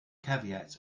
caveats